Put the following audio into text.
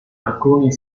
alcuni